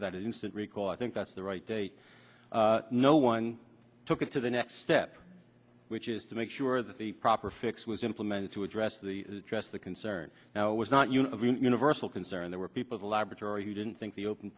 have that instant recall i think that's the right date no one took it to the next step which is to make sure that the proper fix was implemented to address the address the concern now was not you know of universal concern there were people the laboratory who didn't think the open